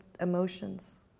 emotions